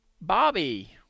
Bobby